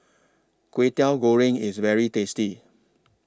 Kway Teow Goreng IS very tasty